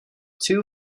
two